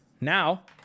Now